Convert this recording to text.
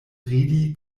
ridi